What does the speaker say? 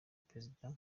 perezida